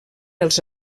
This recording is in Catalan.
els